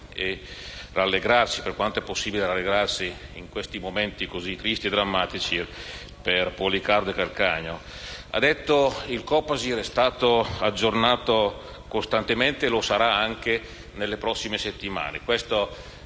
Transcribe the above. rallegrati, per quanto possibile in momenti così tristi e drammatici, per Pollicardo e Calcagno. Lei ha detto che il Copasir è stato aggiornato costantemente e lo sarà anche nelle prossime settimane.